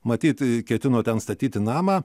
matyt ketino ten statyti namą